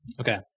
Okay